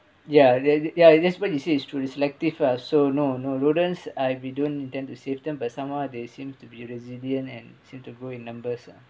ya ya ya that's what you say is true is selective lah so no no rodents I we don't intend to save them for somehow they seem to be resilient and seem to grow in numbers ah